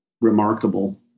remarkable